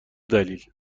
دلیل